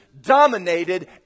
dominated